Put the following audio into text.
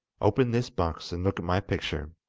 open this box and look at my picture,